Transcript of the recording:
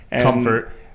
comfort